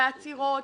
עצירות,